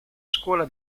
scuola